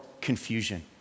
confusion